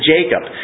Jacob